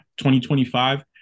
2025